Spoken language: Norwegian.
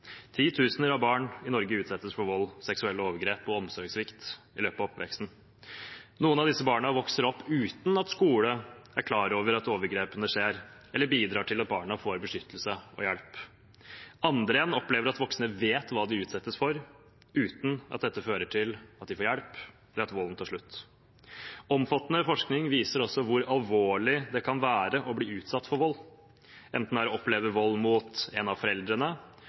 av barn i Norge utsettes for vold, seksuelle overgrep og omsorgssvikt i løpet av oppveksten. Noen av disse barna vokser opp uten at voksne er klar over at overgrepene skjer, eller bidrar til at barna får beskyttelse og hjelp. Andre igjen opplever at voksne vet hva de utsettes for – uten at dette fører til at de får hjelp, eller at volden tar slutt. Omfattende forskning viser også hvor alvorlig det kan være å bli utsatt for vold, enten det er å oppleve vold mot en av foreldrene,